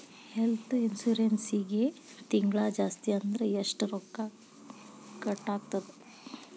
ಹೆಲ್ತ್ಇನ್ಸುರೆನ್ಸಿಗೆ ತಿಂಗ್ಳಾ ಜಾಸ್ತಿ ಅಂದ್ರ ಎಷ್ಟ್ ರೊಕ್ಕಾ ಕಟಾಗ್ತದ?